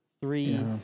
Three